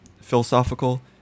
philosophical